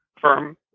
firm